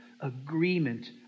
agreement